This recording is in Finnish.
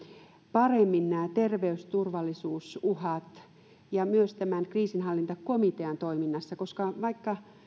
paremmin nämä terveysturvallisuusuhat myös tämän kriisinhallintakomitean toiminnassa vaikka